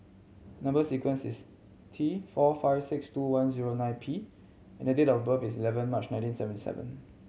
number sequence is T four five six two one zero nine P and the date of birth is eleven March nineteen seventy seven